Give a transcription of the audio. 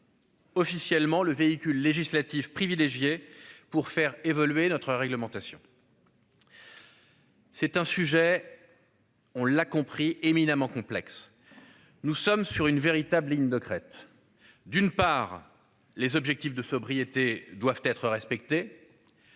Officiellement le véhicule législatif privilégié pour faire évoluer notre réglementation. C'est un sujet. On l'a compris, éminemment complexe. Nous sommes sur une véritable ligne de crête. D'une part les objectifs de sobriété doivent être respectées.